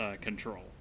control